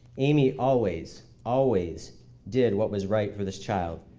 amy always, always did what was right for this child.